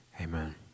Amen